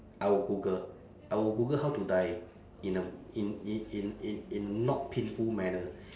I would google I will google how to die in a in in in in not painful manner